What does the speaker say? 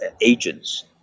agents